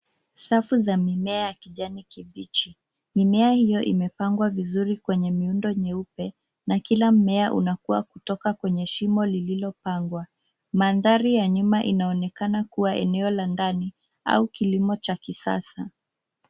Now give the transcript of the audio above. Safu za mimea ya kijani kibichi. Mimea hio imepangwa vizuri kwenye miundo nyeupe, na kila mmea unakua kutoka kwenye shimo lililopangwa. Mandhari ya nyuma inaonekana kua eneo la ndani au kilimo cha kisasa.